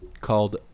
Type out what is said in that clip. called